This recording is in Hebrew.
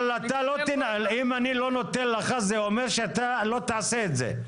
אם אני לא נותן לך זה אומר שלא תעשה את זה.